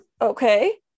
okay